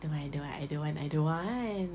I don't want I don't want I don't want I don't want